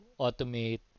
automate